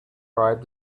arrived